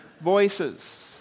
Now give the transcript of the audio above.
voices